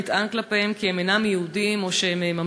נטען כלפיהם כי הם אינם יהודים או ממזרים.